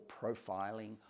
profiling